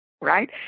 Right